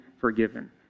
forgiven